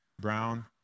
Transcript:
brown